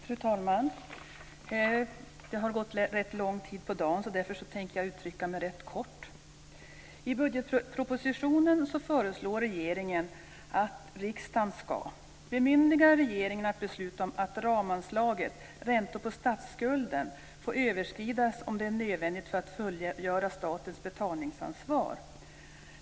Fru talman! Det har gått ganska lång tid på dagen. Därför tänker jag uttrycka mig rätt kort. I budgetpropositionen föreslår regeringen att riksdagen ska bemyndiga regeringen att besluta om att ramanslaget Räntor på statsskulden får överskridas om det är nödvändigt för att fullgöra statens betalningsansvar.